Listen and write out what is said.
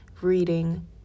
reading